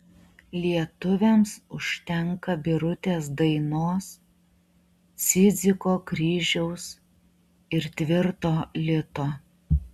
lietuviams užtenka birutės dainos cidziko kryžiaus ir tvirto lito